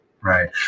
Right